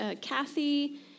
Kathy